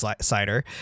cider